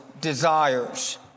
desires